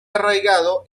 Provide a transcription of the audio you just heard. arraigado